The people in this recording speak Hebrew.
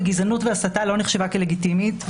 וגזענות והסתה לא נחשבו כלגיטימית.